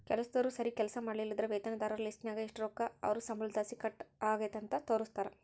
ಕೆಲಸ್ದೋರು ಸರೀಗ್ ಕೆಲ್ಸ ಮಾಡ್ಲಿಲ್ಲುದ್ರ ವೇತನದಾರರ ಲಿಸ್ಟ್ನಾಗ ಎಷು ರೊಕ್ಕ ಅವ್ರ್ ಸಂಬಳುದ್ಲಾಸಿ ಕಟ್ ಆಗೆತೆ ಅಂತ ತೋರಿಸ್ತಾರ